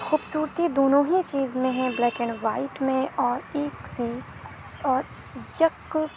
خوبصورتی دونوں ہی چیز میں ہے بلیک اینڈ وائٹ میں اور ایک سی اور یک